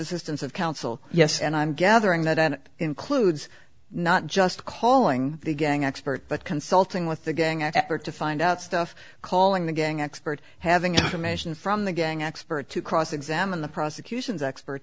assistance of counsel yes and i'm gathering that and it includes not just calling the gang expert but consulting with the gang expert to find out stuff calling the gang expert having information from the gang expert to cross examine the prosecution's expert